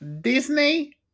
Disney